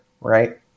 right